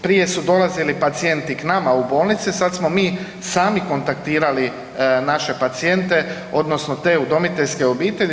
Prije su dolazili pacijenti k nama u bolnice, sad smo mi sami kontaktirali naše pacijente odnosno te udomiteljske obitelji.